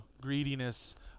greediness